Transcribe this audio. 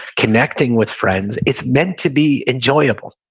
connecting with friends, it's meant to be enjoyable.